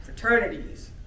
fraternities